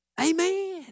Amen